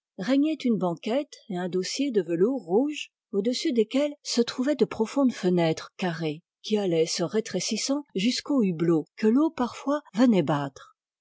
régnaient une banquette et un dossier de velours rouge au-dessus desquels se trouvaient de profondes fenêtres carrées qui allaient se rétrécissant jusqu'aux hublots que l'eau parfois venait battre